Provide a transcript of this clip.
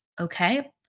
okay